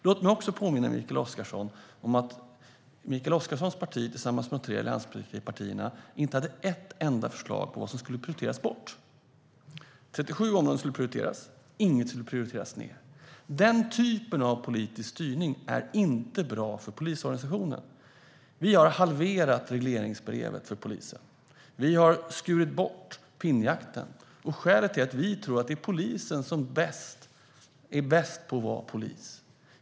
Låt mig också påminna Mikael Oscarsson om att hans parti tillsammans med de tre allianspartierna inte hade ett enda förslag på vad som skulle prioriteras bort. 37 områden skulle prioriteras och inget skulle prioriteras ned. Den typen av politisk styrning är inte bra för polisorganisationen. Regeringen har halverat regleringsbrevet för polisen. Vi har skurit bort pinnjakten. Skälet är att vi tror att polisen är bäst på att vara polis.